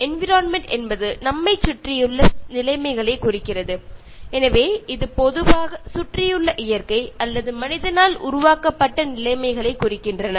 environment என்பது நம்மைச் சுற்றியுள்ள நிலைமைகளைக் குறிக்கிறது எனவே இது பொதுவாக சுற்றியுள்ள இயற்கை அல்லது மனிதனால் உருவாக்கப்பட்ட நிலைமைகளைக் குறிக்கின்றன